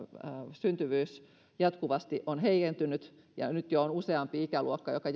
syntyvyys jatkuvasti on heikentynyt nyt jo on useampi ikäluokka joka